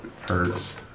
hurts